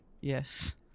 Yes